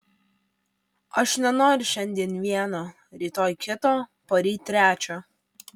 aš nenoriu šiandien vieno rytoj kito poryt trečio